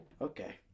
Okay